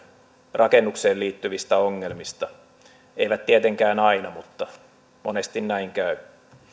rakennukseen liittyvistä ongelmista eivät tietenkään aina mutta monesti näin käy